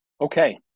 Okay